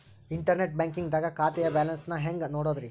Internet banking ದಾಗ ಖಾತೆಯ balance ನ ಹೆಂಗ್ ನೋಡುದ್ರಿ?